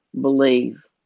believe